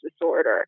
disorder